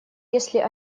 если